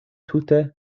tute